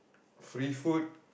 free food